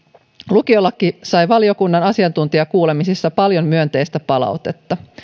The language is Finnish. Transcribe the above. lukiolaki sai valiokunnan asiantuntijakuulemisissa paljon myönteistä palautetta